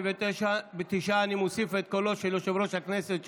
49. אני מוסיף את קולו של יושב-ראש הכנסת,